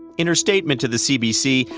in her statement to the cbc,